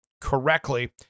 correctly